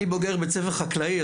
אני בוגר בית ספר חקלאי,